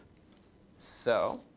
so